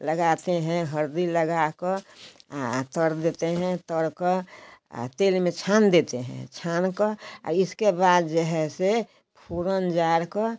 लगाते हैं हलदी लगाकर तल देते हैं तलकर तेल में छान देते हैं छान कर इसके बाद जो है सो पूरे जाल को